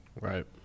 Right